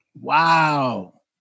Wow